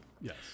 Yes